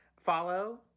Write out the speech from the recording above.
follow